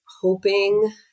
hoping